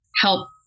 help